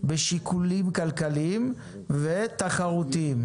בשיקולים כלכליים ותחרותיים.